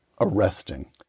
arresting